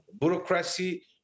bureaucracy